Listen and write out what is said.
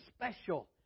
special